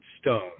stone